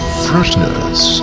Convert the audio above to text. freshness